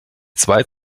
zwei